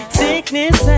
sickness